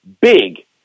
big